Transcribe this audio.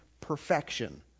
perfection